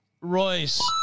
Royce